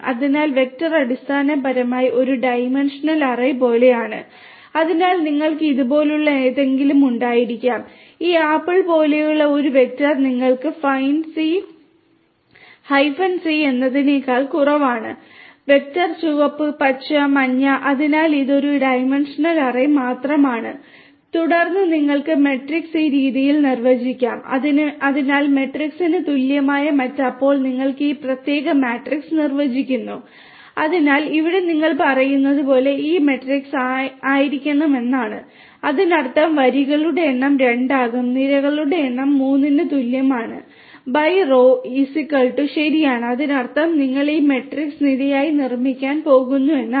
അതിനാൽ വെക്റ്റർ അടിസ്ഥാനപരമായി ഒരു ഡൈമൻഷണൽ അറേ ശരിയാണ് അതിനർത്ഥം നിങ്ങൾ ഈ മാട്രിക്സ് നിരയായി നിർമ്മിക്കാൻ പോകുന്നു എന്നാണ്